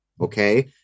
okay